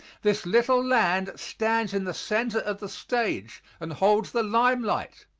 this little land stands in the center of the stage and holds the limelight.